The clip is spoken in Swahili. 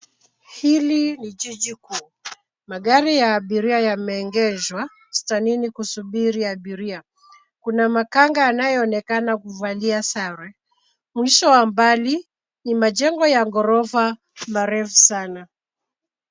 Hili ni jiji kuu, magari ya abiria yameegeshwa stendini kusubiri abiria. Kuna makanga anayeonekana kuvalia sare. Mwisho wa mbali ni majengo ya ghorofa marefu sana.